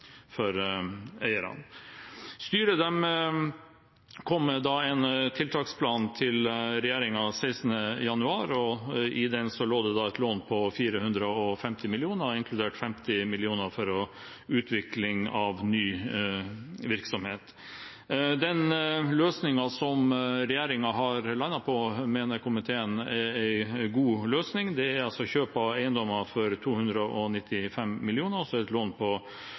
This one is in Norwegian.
for eierne. Styret kom med en tiltaksplan til regjeringen den 16. januar, og i den lå det et lån på 450 mill. kr, inkludert 50 mill. kr til utvikling av ny virksomhet. Den løsningen som regjeringen har landet på, mener komiteen er en god løsning. Det er altså kjøp av eiendommer for 295 mill. kr, og det er et lån på